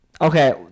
Okay